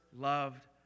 loved